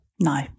No